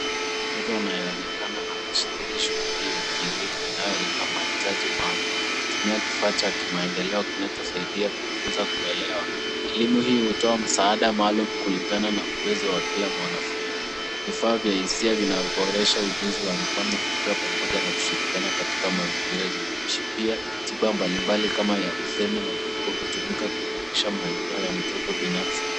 Mtoto anayeonekana anashiriki shughuli ya kielimu inayolenga mahitaji maalum akitumia kifaa cha kimaendeleo kinachosaidia kukuza kuelewa. Elimu hii hutoa msaada maalum kulingana na uwezo wa kila mwanafunzi. Vifaa vya hisia vinavyoboresha ujuzi wa mikono, fikra pamoja na kushirikiana katika mazingira jumuishi. Pia tiba mbalimbali kama ya usemi na viungo hutumika kuimarisha maendeleo ya mtoto binafsi.